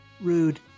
Rude